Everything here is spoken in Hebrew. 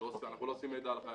אנחנו לא אוספים מידע על החיילים.